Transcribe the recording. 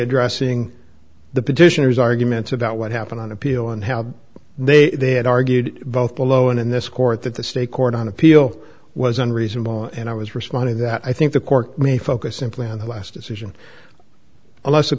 addressing the petitioners arguments about what happened on appeal and how they had argued both below and in this court that the state court on appeal was unreasonable and i was responding that i think the court me focus simply on the last decision unless the